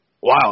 Wow